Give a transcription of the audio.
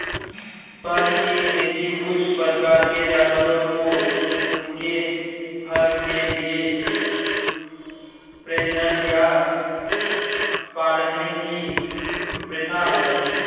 फर की खेती कुछ प्रकार के जानवरों को उनके फर के लिए प्रजनन या पालने की प्रथा है